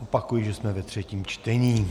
Opakuji, že jsme ve třetím čtení.